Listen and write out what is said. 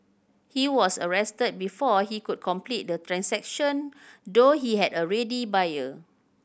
he was arrested before he could complete the transaction though he had a ready buyer